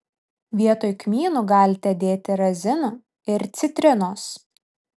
vietoj kmynų galite dėti razinų ir citrinos